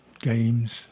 games